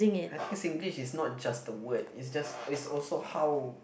I think Singlish is not just the word it's just it's also how